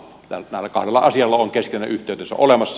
näillä kahdella asialla on keskinäinen yhteytensä olemassa